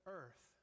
earth